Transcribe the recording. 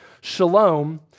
Shalom